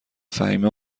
فهیمه